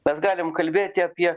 mes galim kalbėti apie